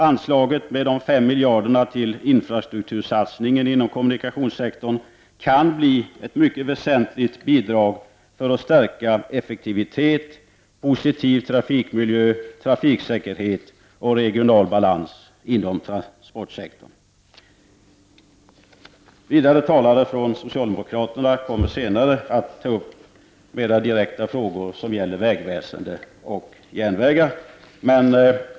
Anslaget på 5 miljarder kronor till infrastruktursatsningen inom kommunikationssektorn kan bli ett mycket väsentligt bidrag för att stärka effektivitet, positiv trafikmiljö, trafiksäkerhet och regional balans inom transportsektorn. Andra talare från socialdemokraterna kommer senare att ta upp mer direkta frågor som gäller vägväsende och järnvägar.